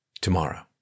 tomorrow